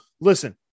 listen